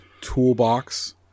toolbox